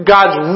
God's